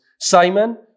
simon